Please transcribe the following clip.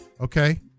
Okay